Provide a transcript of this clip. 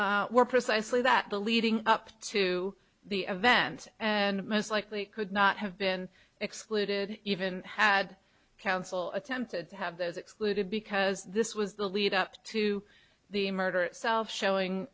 incident were precisely that the leading up to the event and most likely could not have been excluded even had counsel attempted to have those excluded because this was the lead up to the murder itself showing